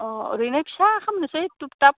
अह ओरैनो फिसा खालामनोसै थुब थाब